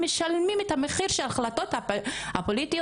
משלמים את המחיר של ההחלטות הפוליטיות,